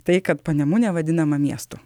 tai kad panemunė vadinama miestu